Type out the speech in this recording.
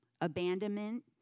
abandonment